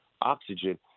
oxygen